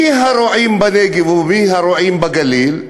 מי הרועים בנגב ומי הרועים בגליל?